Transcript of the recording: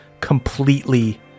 completely